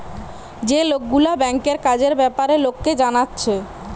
যে লোকগুলা ব্যাংকের কাজের বেপারে লোককে জানাচ্ছে